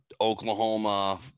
Oklahoma